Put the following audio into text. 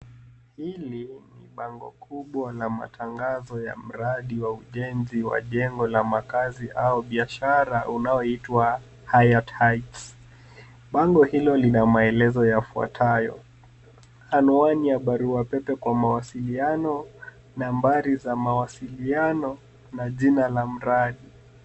Hili ni bango kubwa la matangazo ya mradi wa ujenzi wa jengo la makaazi au biashara unaoitwa HAYAT HEIGHTS .Bango hilo lina maelezo yafuatayo; Anwani ya barua pepe kwa mawasiliano, nambari za mawasiliano na jina la mradi.